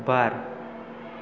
बार